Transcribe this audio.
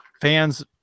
fans